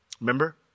Remember